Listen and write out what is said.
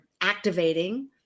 activating